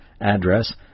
address